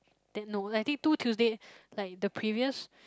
that no I think two Tuesday like the previous